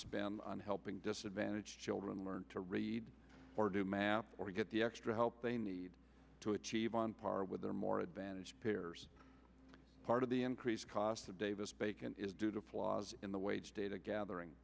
spend on helping disadvantaged children learn to read or do math or get the extra help they need to achieve on par with their more advantaged peers part of the increased cost of davis bacon is due to flaws in the wage data gathering